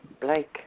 Blake